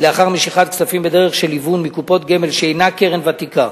לאחר משיכת כספים בדרך של היוון מקופת גמל שאינה קרן ותיקה,